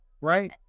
right